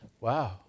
wow